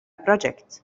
project